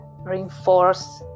reinforce